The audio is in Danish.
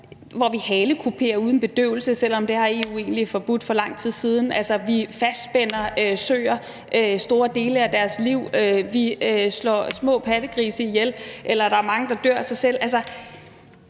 hvor vi halekuperer uden bedøvelse, selv om EU egentlig har forbudt det for lang tid siden; vi fastspænder søer store dele af deres liv; vi slår små pattegrise ihjel, eller mange dør af sig selv.